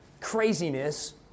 craziness